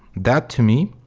that to me,